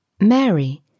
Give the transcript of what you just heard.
Mary